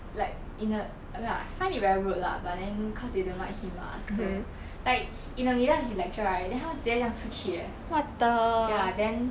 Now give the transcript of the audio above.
like in the like I find it very rude lah but then cause they don't like him ah so like in the middle of his lecture right then 他们直接这样出去 eh ya then